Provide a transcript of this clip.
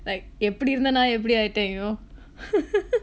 like எப்படி இருந்த நா எப்படி ஆயிட்ட:eppadi iruntha naa eppadi aayitta you know